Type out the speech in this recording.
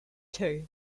two